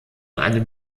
einem